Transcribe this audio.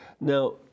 Now